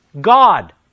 God